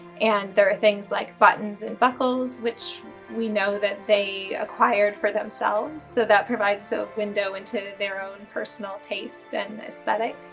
and there are things like buttons and buckles, which we know that they acquired for themselves, so that provides a so window into their own personal taste and aesthetic.